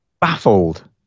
baffled